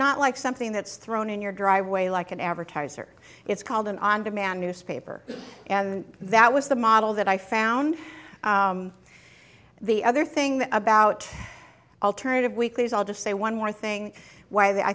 not like something that's thrown in your driveway like an advertiser it's called an on demand newspaper and that was the model that i found the other thing about alternative weeklies i'll just say one more thing why